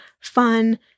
fun